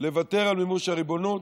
לוותר על מימוש הריבונות.